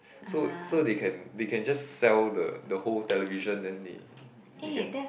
so so they can they can just sell the the whole television then they they get